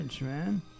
man